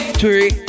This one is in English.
three